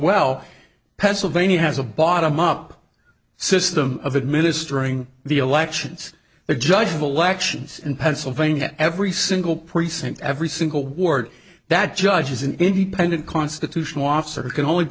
well pennsylvania has a bottom up system of administering the elections the judge of elections in pennsylvania every single precinct every single ward that judges an independent constitutional officer can only